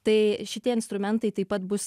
tai šitie instrumentai taip pat bus